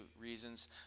reasons